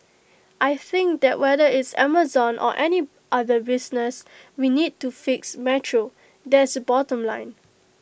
I think that whether it's Amazon or any other business we need to fix metro that's the bottom line